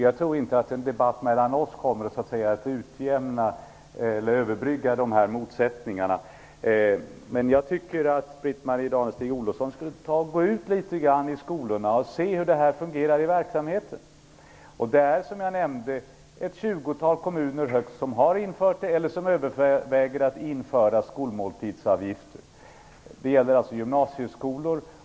Jag tror inte att en debatt mellan oss kommer att utjämna eller överbrygga motsättningarna. Men jag tycker att Britt Marie Danestig-Olofsson skulle gå ut i skolorna och se hur verksamheten fungerar. Det är som jag nämnde högst ett tjugotal kommuner som har infört eller överväger att införa skolmåltidsavgifter. Detta gäller alltså gymnasieskolor.